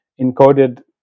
encoded